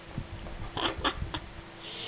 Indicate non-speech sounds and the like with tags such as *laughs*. *laughs*